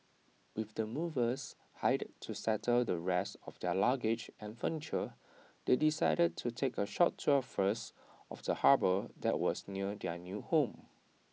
with the movers hired to settle the rest of their luggage and furniture they decided to take A short tour first of the harbour that was near their new home